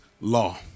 law